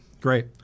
Great